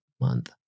month